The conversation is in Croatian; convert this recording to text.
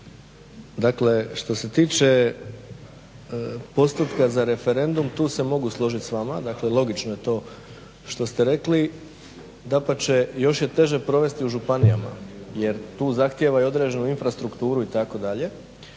Dakle, što se tiče postupka za referendum tu se mogu složiti s vama, dakle logično je to što ste rekli, dapače još je teže provesti u županijama jer tu zahtijeva i određenu infrastrukturu itd.